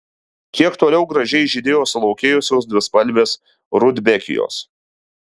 kiek toliau gražiai žydėjo sulaukėjusios dvispalvės rudbekijos